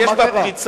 שיש בה פריצה,